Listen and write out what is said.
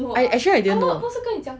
actually I didn't know